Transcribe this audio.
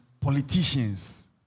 politicians